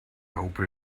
hope